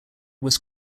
was